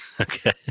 Okay